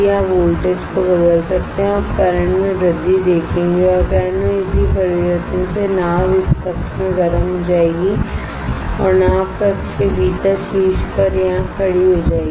आप वोल्टेज को बदल सकते हैं और आप करंट में वृद्धि देखेंगे और करंट में इसी परिवर्तन से नाव इस कक्ष में गर्म हो जाएगी और नाव कक्ष के भीतर शीर्ष पर यहां खड़ी हो जाएगी